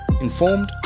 informed